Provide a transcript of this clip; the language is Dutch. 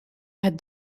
het